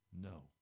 no